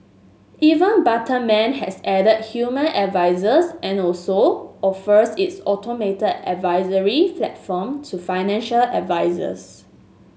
even Betterment has added human advisers and also offers its automated advisory platform to financial advisers